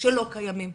שלא קיימים,